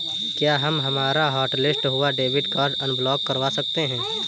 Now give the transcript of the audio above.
क्या हम हमारा हॉटलिस्ट हुआ डेबिट कार्ड अनब्लॉक करवा सकते हैं?